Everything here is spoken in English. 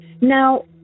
Now